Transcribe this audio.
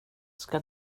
ska